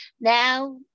Now